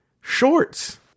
shorts